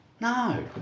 No